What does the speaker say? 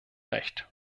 recht